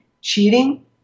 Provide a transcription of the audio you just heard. cheating